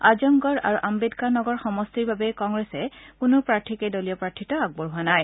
আজমগড় আৰু আম্বেদকাৰ নগৰ সমষ্টিৰ বাবে কংগ্ৰেছে কোনো প্ৰাৰ্থীকে দলীয় প্ৰাৰ্থিত্ব আগবঢ়োৱা নাই